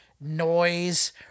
noise